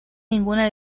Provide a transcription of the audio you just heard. ninguna